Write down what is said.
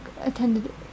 attended